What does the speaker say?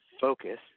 focus